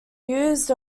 used